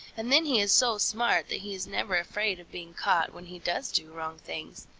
and then he is so smart that he is never afraid of being caught when he does do wrong things.